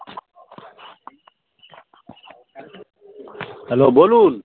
hello বলুন